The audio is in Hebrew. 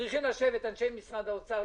צריכים לשבת אנשי משרד האוצר,